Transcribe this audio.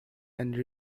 and